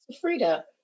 Frida